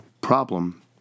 problem